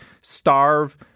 starve